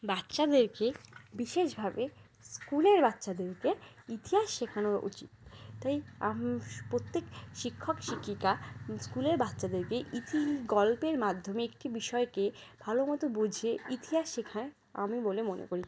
বাচ্চাদেরকে বিশেষভাবে স্কুলের বাচ্চাদেরকে ইতিহাস শেখানো উচিত তাই প্রত্যেক শিক্ষক শিক্ষিকা স্কুলের বাচ্চাদেরকে একটি গল্পের মাধ্যমে একটি বিষয়কে ভালো মতো বুঝিয়ে ইতিহাস শেখায় আমি বলে মনে করি